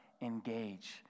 engage